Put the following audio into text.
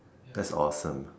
that's awesome